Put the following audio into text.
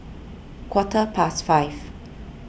quarter past five